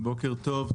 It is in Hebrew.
בוקר טוב,